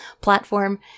platform